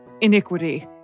iniquity